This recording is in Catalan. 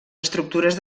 estructures